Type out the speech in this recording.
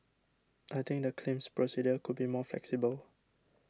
I think the claims procedure could be more flexible